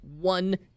one